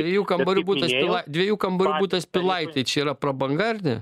trijų kambarių butas pilai dviejų kambarių butas pilaitėj čia yra prabanga ar ne